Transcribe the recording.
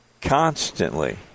constantly